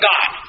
God